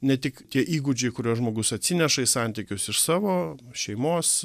ne tik tie įgūdžiai kuriuos žmogus atsineša į santykius iš savo šeimos